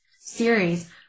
series